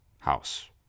house